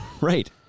Right